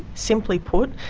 simply put,